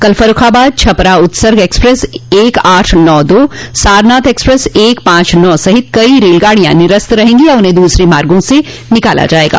कल फर्रूखाबाद छपरा उत्सर्ग एक्सप्रेस एक आठ नौ दो सारनाथ एक्सप्रेस एक पांच नौ सहित कई रेलगाड़ियां निरस्त रहेंगी या उन्हें दूसरे मार्गो से निकाला जायेगा